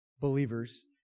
believers